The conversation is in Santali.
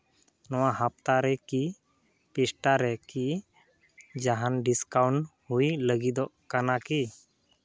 ᱱᱚᱣᱟ ᱦᱟᱯᱛᱟ ᱨᱮ ᱠᱤ ᱯᱮᱥᱴᱟ ᱨᱮ ᱠᱤ ᱡᱟᱦᱟᱱ ᱰᱤᱥᱠᱟᱣᱩᱱᱴ ᱦᱩᱭ ᱞᱟᱹᱜᱤᱫᱚᱜ ᱠᱟᱱᱟ ᱠᱤ